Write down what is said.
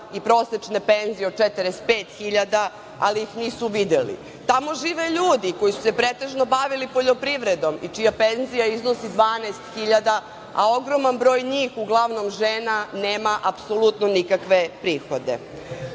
i prosečne penzije od 45 hiljada, ali ih nisu videli. Tamo žive ljudi koji su se pretežno bavili poljoprivredom, čija penzija iznosi 12 hiljada, a ogroman broj njih, uglavnom žena, nema apsolutno nikakve prihode.Za